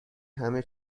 همه